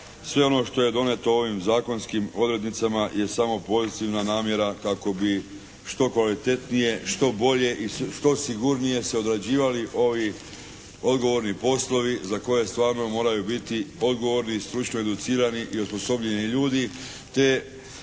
sve ono što je donijeto ovim zakonskim odrednicama je samo pozitivna namjera kako bi što kvalitetnije, što bolje i što sigurnije se odrađivali ovi odgovorni poslovi za koje stvarno moraju biti odgovorni i stručno educirani i osposobljeni ljudi